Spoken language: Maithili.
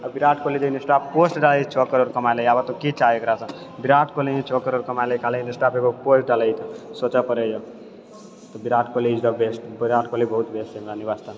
आओर विराट कोहली जे इन्स्टा पोस्ट डालैय छओ करोड़ कमा लैय आरो कि चाहिय एकरासँ विराट कोहली छओ करोड़ कमा लैयै खाली इन्स्टापर एकगो पोस्ट डालैय तऽ सोचै पड़ैय तऽ Virat Kohli is the best Virat Kohli बहुत बेस्ट है हमरा नी वास्ते